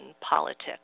politics